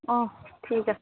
অঁ ঠিক আছে